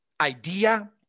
idea